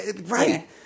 right